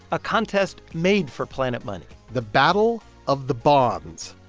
a contest made for planet money the battle of the bonds,